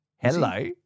Hello